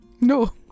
No